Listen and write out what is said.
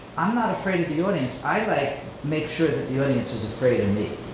i'm not afraid of the audience. i like make sure that the audience is afraid of me.